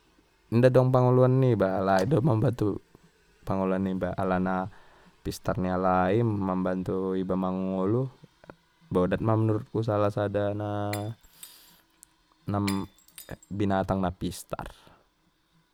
Inda dong pangoluan niba alai do mambantu pangoluan niba alana pistar ni alai mambantu iba mangolu bodat ma menurutku salah sada na binatang na pistar.